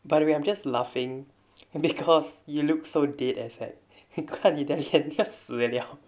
but we I'm just laughing and because you look so dead as hard he can't he then you can't really ah